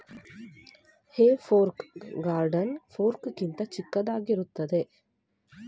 ಹೇ fork garden fork ಗಿಂತ ಚಿಕ್ಕದಾಗಿರುತ್ತದೆ